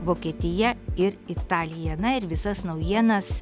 vokietija ir italija na ir visas naujienas